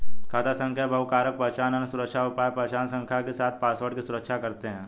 खाता संख्या बहुकारक पहचान, अन्य सुरक्षा उपाय पहचान संख्या के साथ पासवर्ड की सुरक्षा करते हैं